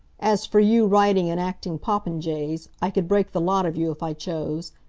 as for you writing and acting popinjays, i could break the lot of you if i chose.